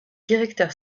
directeur